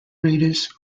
raiders